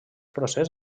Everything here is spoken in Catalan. procés